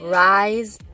rise